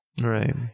Right